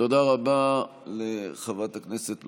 תודה רבה לחברת הכנסת פלוסקוב.